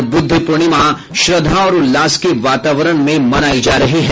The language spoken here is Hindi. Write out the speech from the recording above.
और बुद्ध पूर्णिमा श्रद्धा और उल्लास के वातावरण में मनायी जा रही है